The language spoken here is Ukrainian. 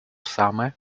саме